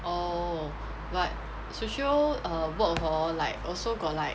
oh but sushi roll err work hor like also got like